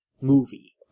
movie